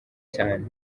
cyane